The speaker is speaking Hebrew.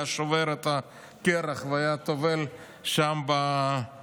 הוא היה שובר את הקרח והיה טובל שם בנהר.